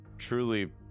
truly